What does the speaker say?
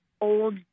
old